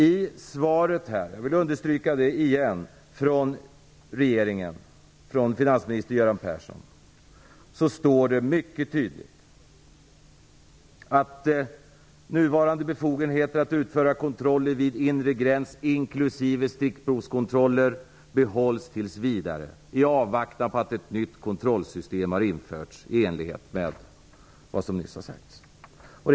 I svaret från finansminister Göran Persson står det mycket tydligt - jag vill understryka det igen - att nuvarande befogenheter att utföra kontroller vid inre gräns, inklusive stickprovskontroller, behålles tills vidare i avvaktan på att ett nytt kontrollsystem har införts i enlighet med vad som sagts tidigare.